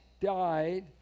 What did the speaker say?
died